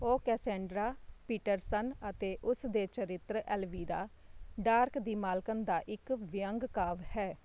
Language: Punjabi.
ਉਹ ਕੈਸੈਂਡਰਾ ਪੀਟਰਸਨ ਅਤੇ ਉਸ ਦੇ ਚਰਿੱਤਰ ਐਲਵੀਰਾ ਡਾਰਕ ਦੀ ਮਾਲਕਣ ਦਾ ਇੱਕ ਵਿਅੰਗ ਕਾਵਿ ਹੈ